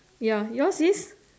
ya yours is